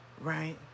right